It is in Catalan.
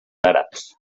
àrabs